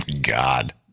God